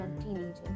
teenagers